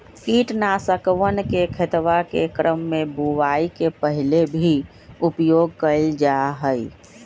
कीटनाशकवन के खेतवा के क्रम में बुवाई के पहले भी उपयोग कइल जाहई